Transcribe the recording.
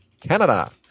Canada